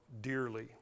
dearly